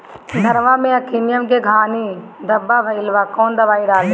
धनवा मै अखियन के खानि धबा भयीलबा कौन दवाई डाले?